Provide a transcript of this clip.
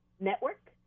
network